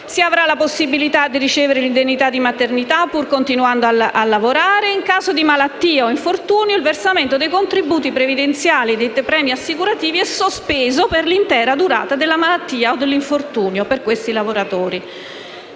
Si avrà la possibilità di ricevere l’indennità di maternità pur continuando a lavorare e, in caso di malattia o infortuni, il versamento dei contributi previdenziali e dei premi assicurativi per questi lavoratori è sospeso per l’intera durata della malattia o dell’infortunio. I liberi